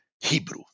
Hebrew